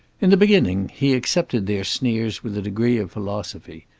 in the beginning he accepted their sneers with a degree of philosophy.